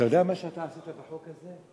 אתה יודע מה שאתה עשית בחוק הזה?